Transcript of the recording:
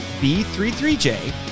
B33J